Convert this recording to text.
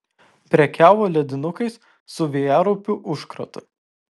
prekiavo ledinukais su vėjaraupių užkratu